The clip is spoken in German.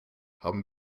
haben